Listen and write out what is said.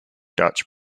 dutch